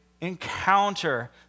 encounter